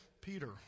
Peter